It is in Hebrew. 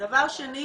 דבר שני